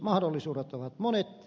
mahdollisuudet ovat monet